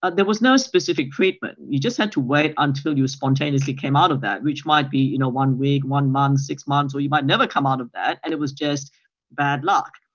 ah there was no specific treatment, you just had to wait until you spontaneously came out of that, which might be you know one week, one month, six months, or you might never come out of that and it was just bad luck.